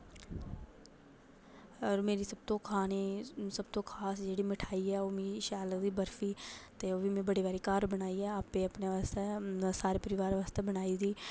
सत्तू खाने जेह्ड़ी मिठाई ऐ ओह् मि शैल लगदी जि'यां बर्फी बड़े बारी घर बनाई ऐ ते अपने आस्तै अपने परिवार आस्तै बनाई दी